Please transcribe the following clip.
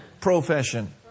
Profession